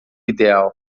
ideal